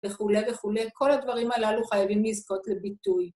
וכולי וכולי, כל הדברים הללו חייבים לזכות לביטוי.